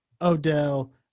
Odell